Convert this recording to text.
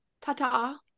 ta-ta